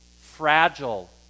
Fragile